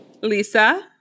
lisa